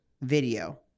video